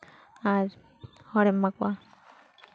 ᱟᱨ ᱦᱚᱲᱮᱢ ᱮᱢᱟ ᱠᱚᱣᱟ